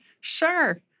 Sure